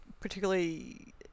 particularly